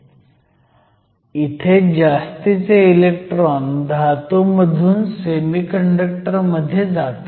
तर इथे जास्तीचे इलेक्ट्रॉन धातूमधून सेमीकंडक्टर मध्ये जातात